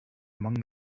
among